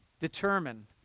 determine